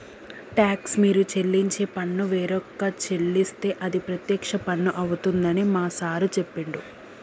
talks మీరు చెల్లించే పన్ను వేరొక చెల్లిస్తే అది ప్రత్యక్ష పన్ను అవుతుందని మా సారు చెప్పిండు